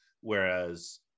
whereas